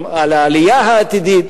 על העלייה העתידית,